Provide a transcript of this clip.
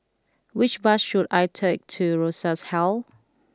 which bus should I take to Rosas Hall